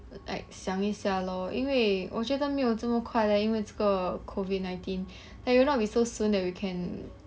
like 想一下 lor 因为我觉得没有这么快 leh 因为这个 COVID nineteen and it will not be so soon that we can